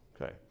okay